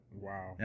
Wow